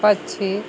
पक्षी